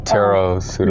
Tarot